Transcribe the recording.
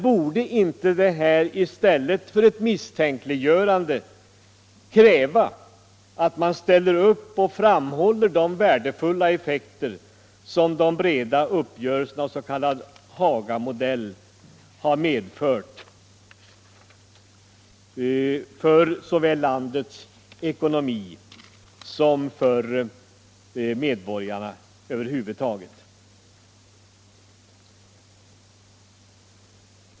Borde man inte i stället för att misstänkliggöra dessa uppgörelser ställa upp och framhålla de värdefulla effekter som de breda uppgörelserna av s.k. Hagamodell har medfört för såväl landets ekonomi som medborgarna över huvud taget?